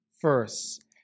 first